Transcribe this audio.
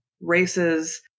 races